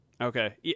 Okay